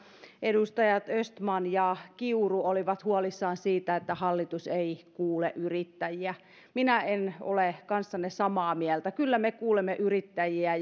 edustajat östman ja kiuru olivat huolissaan siitä että hallitus ei kuule yrittäjiä minä en ole kanssanne samaa mieltä kyllä me kuulemme yrittäjiä